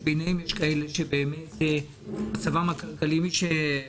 שביניהן יש כאלה שמצבן הכלכלי קשה באמת.